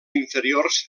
inferiors